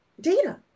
Data